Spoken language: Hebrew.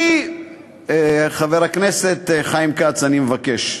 חבר הכנסת חיים כץ, אני מבקש.